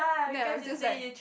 ya I am just like